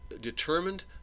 determined